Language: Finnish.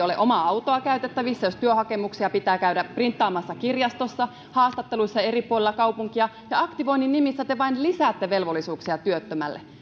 ole omaa autoa käytettävissä jos työhakemuksia pitää käydä printtaamassa kirjastossa pitää käydä haastatteluissa eri puolilla kaupunkia ja aktivoinnin nimissä te vain lisäätte velvollisuuksia työttömälle